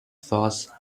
thoughts